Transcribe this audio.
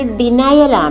denial